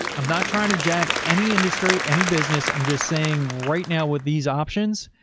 i'm not trying to jab. any industry, any business i'm just saying right now with these options,